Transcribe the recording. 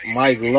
mike